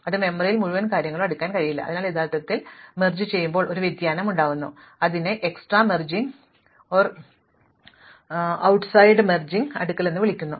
നമുക്ക് മെമ്മറിയിൽ മുഴുവൻ കാര്യങ്ങളും അടുക്കാൻ കഴിയില്ല അതിനാൽ യഥാർത്ഥത്തിൽ ഞങ്ങൾ ലയനം അടുക്കുന്നതിൽ ഒരു വ്യതിയാനം ഉപയോഗിക്കുന്നു അതിനെ ബാഹ്യ ലയനം അടുക്കൽ എന്ന് വിളിക്കുന്നു